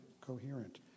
coherent